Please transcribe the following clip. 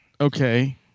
Okay